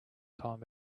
time